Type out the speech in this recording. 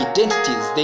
Identities